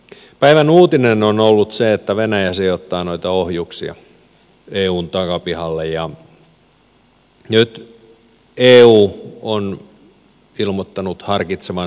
päivän uutinen on ollut se että venäjä sijoittaa noita ohjuksia eun takapihalle ja nyt eu on ilmoittanut harkitsevansa toimia